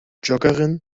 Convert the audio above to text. joggerin